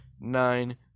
nine